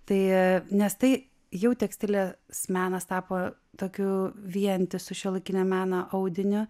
tai nes tai jau tekstilė menas tapo tokiu vientisu šiuolaikinio meno audiniu